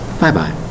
Bye-bye